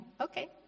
okay